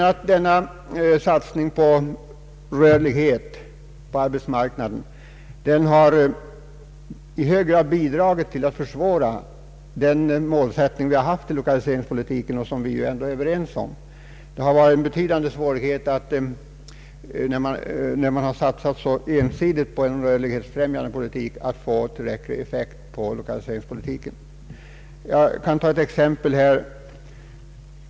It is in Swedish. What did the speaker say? Den ensidiga satsningen när det gäller den rörlighetsfrämjande politiken bidrar i hög grad till att försvåra den målsättning som vi har haft i fråga om lokaliseringspolitiken, en målsättning som vi ändå är överens om.